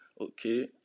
okay